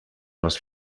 les